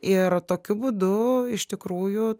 ir tokiu būdu iš tikrųjų